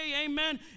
Amen